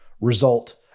result